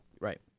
Right